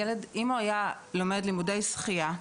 אם הילד היה לומד לימודי שחייה,